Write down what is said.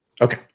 Okay